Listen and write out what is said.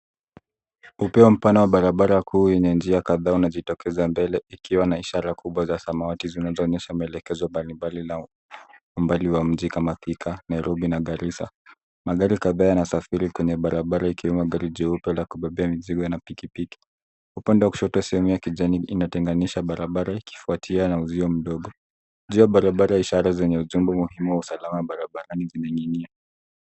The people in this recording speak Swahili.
Upeo mpana wa barabara kuu yenye njia kadhaa unajitokeza mbele ikiwa na ishara kubwa za samawati zinazoonyesha maelekezo mbalimbali na umbali wa mji kama Thika, Nairobi na Garissa. Magari kadhaa yanasafiri kwenye barabara ikiwemo gari jeupe la kubebea mizigo na pikipiki. Upande wa kushoto sehemu ya kijani inatenganisha barabara ikifuatia na uzio mdogo. Juu barabara ya ishara zenye ujumbe muhimu ya usalama barabarani zimening'inia.